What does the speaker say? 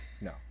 No